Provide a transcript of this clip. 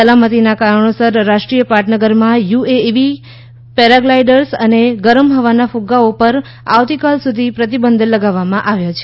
સલામતીના કારણોસર રાષ્ટ્રીય પાટનગરમાં યુએવી પેરાગ્લાઇડર્સ અને ગરમ હવાના ફ્રગાઓ પર આવતીકાલ સુધી પ્રતિબંધ લગાવવામાં આવ્યું છે